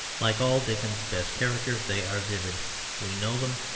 like all dickens's best characters they are vivid we know them.